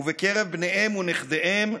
ובקרב בניהם ונכדיהם,